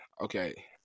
okay